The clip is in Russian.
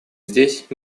здесь